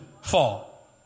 fall